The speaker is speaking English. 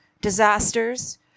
disasters